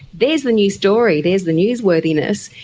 there's the new story, there's the newsworthiness.